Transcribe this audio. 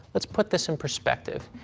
let's put this in perspective.